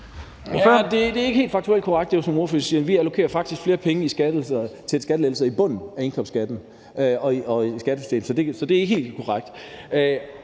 er ikke helt faktuelt korrekt. Vi allokerer faktisk flere penge til skattelettelser i bunden af indkomstskatten og skattesystemet, så det er ikke helt korrekt.